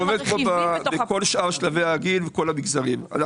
במרכיבים הגדולים אנחנו